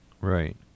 Right